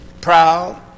proud